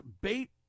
bait